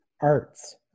arts